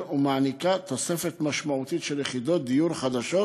ומעניקה תוספת משמעותית של יחידות דיור חדשות